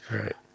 right